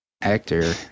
actor